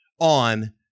on